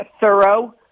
thorough